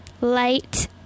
light